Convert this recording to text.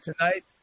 tonight